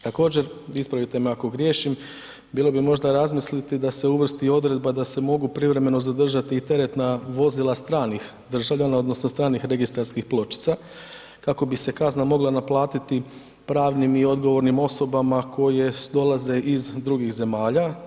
Također, ispravite me ako griješim, bilo bi možda razmisliti da se uvrsti odredba da se mogu privremeno zadržati i teretna vozila stranih državljana odnosno stranih registarskih pločica kako bi se kazna mogla naplatiti pravnim i odgovornim osobama koje dolaze iz drugih zemalja.